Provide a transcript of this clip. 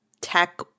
tech